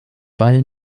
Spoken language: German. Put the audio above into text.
weil